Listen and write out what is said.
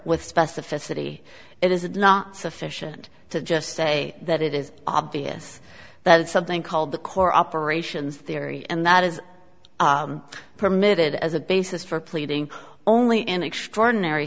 with specificity it is not sufficient to just say that it is obvious that something called the core operations theory and that is permitted as a basis for pleading only in extraordinary